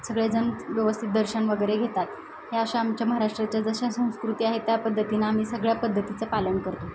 सगळेजण व्यवस्थित दर्शन वगैरे घेतात या अशा आमच्या महाराष्ट्राच्या जशा संस्कृती आहेत त्या पद्धतीने आम्ही सगळ्या पद्धतीचं पालन करतो